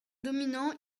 dominant